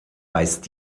weist